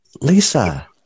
Lisa